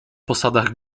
posadach